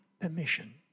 permission